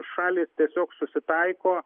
šalys tiesiog susitaiko